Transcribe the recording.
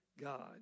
God